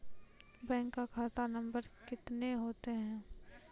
Bank का खाता number कितने होते हैं?